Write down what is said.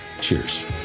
cheers